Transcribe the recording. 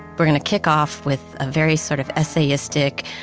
we're going to kick off with a very sort of essayistic,